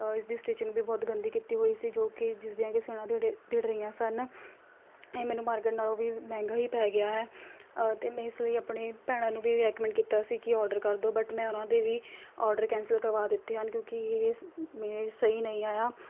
ਇਸਦੀ ਸਟੀਚਿੰਗ ਵੀ ਬਹੁਤ ਗੰਦੀ ਕੀਤੀ ਹੋਈ ਸੀ ਜੋ ਕਿ ਜਿਸਦੀਆਂ ਕਿ ਸੀਊਣਾ ਦਿੜ੍ਹ ਦਿੜ੍ਹ ਰਹੀਆਂ ਸਨ ਇਹ ਮੈਨੂੰ ਮਾਰਕੀਟ ਨਾਲੋਂ ਵੀ ਮਹਿੰਗਾ ਹੀ ਪੈ ਗਿਆ ਹੈ ਅਤੇ ਮੈਂ ਇਸ ਲਈ ਆਪਣੇ ਭੈਣਾਂ ਨੂੰ ਵੀ ਰੈਕਮੈਂਡ ਕੀਤਾ ਸੀ ਕਿ ਔਡਰ ਕਰ ਦਿਉ ਬਟ ਮੈਂ ਉਹਨਾਂ ਦੇ ਵੀ ਔਡਰ ਕੈਂਸਲ ਕਰਵਾ ਦਿੱਤੇ ਹਨ ਕਿਉਂਕਿ ਇਹ ਸ ਇਹ ਸਹੀ ਨਹੀਂ ਆਇਆ